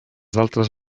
d’altres